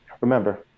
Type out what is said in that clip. Remember